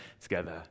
together